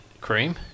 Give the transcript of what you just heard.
Cream